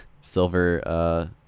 silver